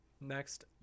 next